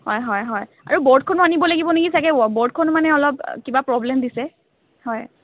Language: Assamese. হয় হয় হয় আৰু বৰ্ডখনো আনিব লাগিব নেকি চাগৈ বৰ্ডখন মানে অলপ কিবা প্ৰব্লেম দিছে হয়